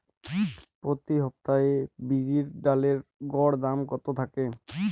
প্রতি সপ্তাহে বিরির ডালের গড় দাম কত থাকে?